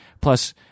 Plus